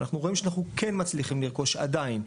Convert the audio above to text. אנחנו רואים שאנחנו כן מצליחים לרכוש עדיין,